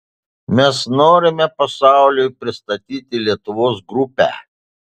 mes norime pasauliui pristatyti lietuvos grupę